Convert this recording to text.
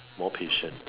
more patient